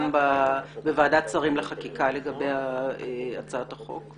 בוועדת שרים לחקיקה לגבי הצעת החוק.